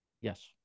Yes